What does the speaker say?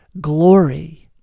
glory